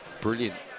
Brilliant